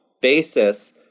basis